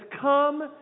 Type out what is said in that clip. come